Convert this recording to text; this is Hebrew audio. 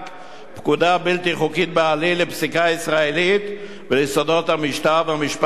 בלתי חוקית בעליל לפסיקה הישראלית וליסודות המשטר והמשפט בישראל.